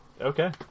okay